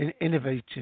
innovative